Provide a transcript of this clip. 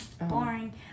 Boring